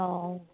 অ